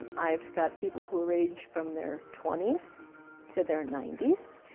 i've got people who range from their twenty s to their ninety s,